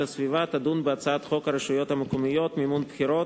הסביבה תדון בהצעת חוק הרשויות המקומיות (מימון בחירות)